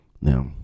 now